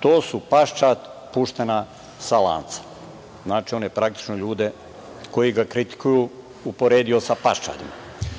To su paščad puštena sa lanca“. Znači, on je praktično ljude koji ga kritikuju uporedio sa paščadima. Samo